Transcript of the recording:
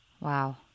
Wow